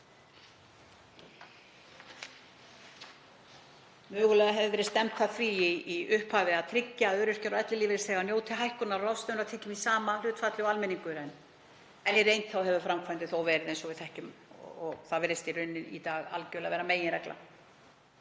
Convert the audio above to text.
Mögulega hefur verið stefnt að því í upphafi að tryggja að öryrkjar og ellilífeyrisþegar nytu hækkunar á ráðstöfunartekjum í sama hlutfalli og almenningur, en í reynd hefur framkvæmdin þó verið eins og við þekkjum og það virðist algerlega vera meginreglan